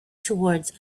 towards